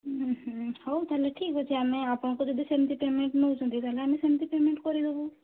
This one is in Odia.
ଉ ହୁଁ ହେଉ ତାହେଲେ ଠିକ୍ ଅଛି ଆମେ ଆପଣଙ୍କୁ ଯଦି ସେମିତି ପେମେଣ୍ଟ୍ ନେଉଛନ୍ତି ତାହେଲେ ଆମେ ସେମିତି ପେମେଣ୍ଟ୍ କରି ଦେବୁ